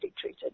treated